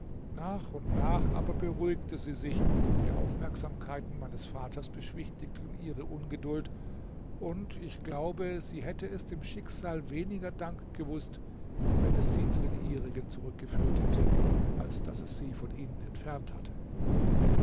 nach und nach aber beruhigte sie sich die aufmerksamkeiten meines vaters beschwichtigten ihre ungeduld und ich glaube sie hätte es dem schicksal weniger dank gewußt wenn es sie zu den ihrigen zurückgeführt hätte als daß es sie von ihnen entfernt hatte